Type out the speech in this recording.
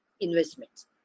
investments